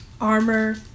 armor